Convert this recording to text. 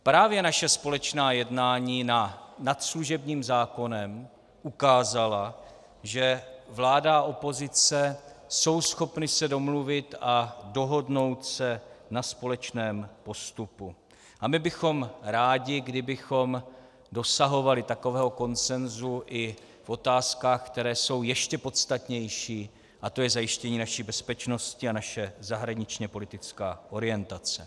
Právě naše společná jednání nad služebním zákonem ukázala, že vláda a opozice jsou schopny se domluvit a dohodnout se na společném postupu, a my bychom byli rádi, kdybychom dosahovali takového konsensu i v otázkách, které jsou ještě podstatnější, a to je zajištění naší bezpečnosti a naše zahraničněpolitická orientace.